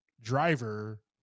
driver